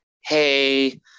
hey